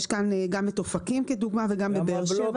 יש כאן גם את אופקים כדוגמה וגם בבאר שבע רואים.